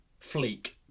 fleek